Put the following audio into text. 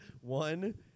one